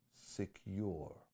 secure